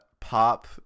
pop